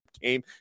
game